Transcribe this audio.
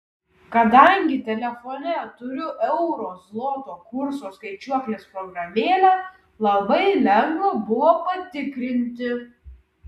kadangi telefone turiu euro zloto kurso skaičiuoklės programėlę labai lengva buvo patikrinti